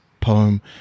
poem